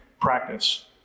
practice